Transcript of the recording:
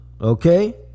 okay